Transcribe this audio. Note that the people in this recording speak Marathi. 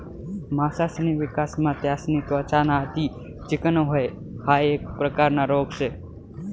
मासासनी विकासमा त्यासनी त्वचा ना अति चिकनं व्हयन हाइ एक प्रकारना रोग शे